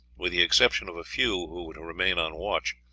with the exception of a few who were to remain on watch,